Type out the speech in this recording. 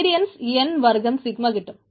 variance n വർഗ്ഗം sigma കിട്ടും